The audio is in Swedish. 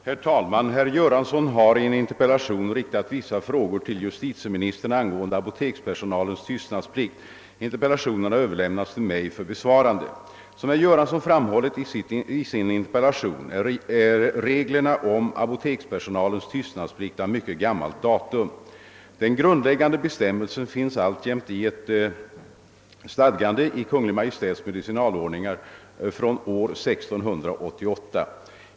Herr talman! Herr Göransson har i en interpellation riktat vissa frågor till justitieministern angående apotekspersonalens tystnadsplikt. Interpellationen har överlämnats till mig för besvarande. Som herr Göransson framhållit i sin interpellation är reglerna om apotekspersonalens tystnadsplikt av mycket gammalt datum. Den grundläggande bestämmelsen finns alltjämt i ett stadgande i Kungl. Maj:ts medicinalord ningar från år 1688.